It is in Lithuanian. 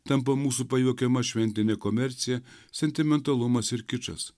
tampa mūsų pajuokiama šventinė komercija sentimentalumas ir kičas